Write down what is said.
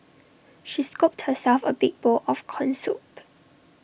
she scooped herself A big bowl of Corn Soup